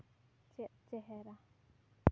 ᱪᱮᱫ ᱪᱮᱦᱮᱨᱟ